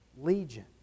Legion